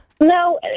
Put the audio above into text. No